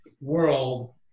world